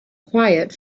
quiet